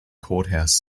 courthouse